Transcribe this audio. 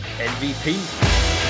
MVP